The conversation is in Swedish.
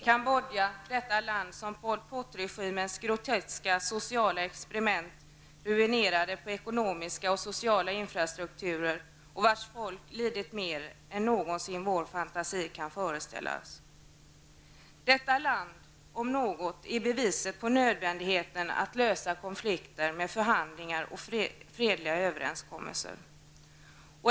Kambodja, detta land som Pol Pot-regimens groteska sociala experiment ruinerade på ekonomiska och sociala infrastrukturer och vars folk lidit mer än någonsin vår fantasi kan föreställa sig. Detta land om något är beviset på nödvändigheten att lösa konflikter med förhandlingar och fredliga överenskommelser.